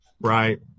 Right